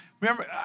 Remember